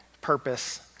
purpose